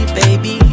baby